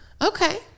Okay